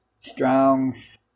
Strong's